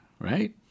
right